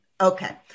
Okay